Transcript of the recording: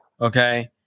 Okay